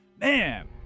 Man